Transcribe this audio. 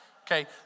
Okay